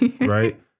right